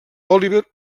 oliver